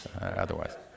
Otherwise